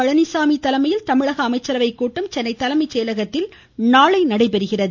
பழனிசாமி தலைமையில் தமிழக அமைச்சரவை கூட்டம் சென்னை தலைமை செயலகத்தில் நாளை நடைபெறுகிறது